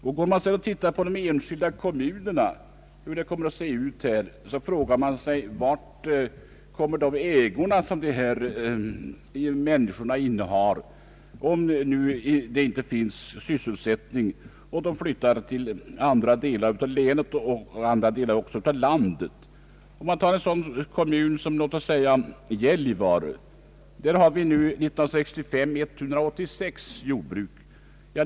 Tittar man sedan på hur det kommer att se ut i de enskilda kommunerna, frågar man sig hur det skall gå med de ägor som dessa människor innehar, om arbetskraften inte kan få sysselsättning utan flyttar till andra delar av länet eller andra delar av landet. Låt oss ta en sådan kommun som Gällivare. Där fanns år 1965 186 jordbruk.